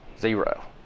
Zero